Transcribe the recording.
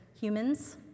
humans